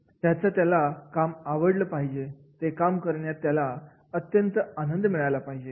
त्याला त्याचं काम आवडलं पाहिजे ते काम करण्यात त्याला अत्यंत आनंद मिळाला पाहिजे